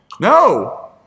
no